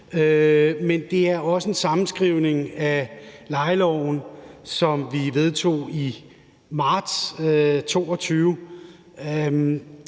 og det er også en sammenskrivning af lejeloven, som vi vedtog i marts 2022.